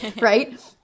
right